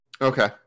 Okay